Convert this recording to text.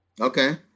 Okay